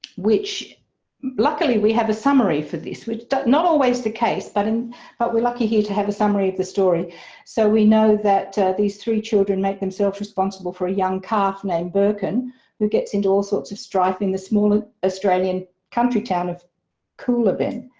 which luckily we have a summary for this which is not always the case but and but we're lucky here to have a summary of the story so we know that these three children make themselves responsible for a young calf named birkin who gets into all sorts of strife in the small australian country town of coolabin.